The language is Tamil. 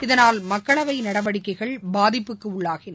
இதனால் மக்களவை நடவடிக்கைகள் பாதிப்புக்கு உள்ளாகின